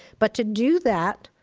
but to do that,